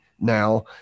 now